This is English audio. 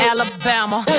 Alabama